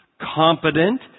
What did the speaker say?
competent